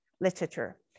literature